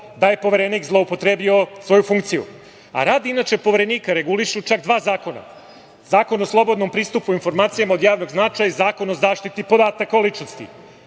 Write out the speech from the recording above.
da je Poverenik zloupotrebio svoju funkciju. Inače, rad Poverenika regulišu čak dva zakona – Zakon o slobodnom pristupu informacijama od javnog značaja i Zakon o zaštiti podataka o ličnosti.